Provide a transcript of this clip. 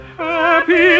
happy